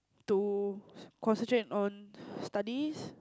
to concentrate on studies